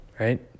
Right